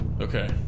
Okay